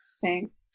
Thanks